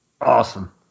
Awesome